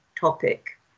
topic